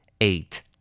Eight